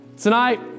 Tonight